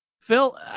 Phil